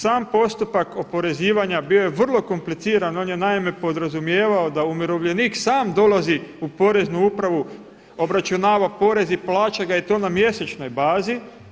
Sam postupak oporezivanja bio je vrlo kompliciran, on je naime podrazumijevao da umirovljenik sam dolazi u poreznu upravu, obračunava porez i plaća ga i to na mjesečnoj bazi.